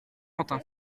quentin